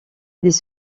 des